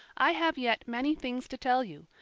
i have yet many things to tell you,